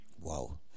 Wow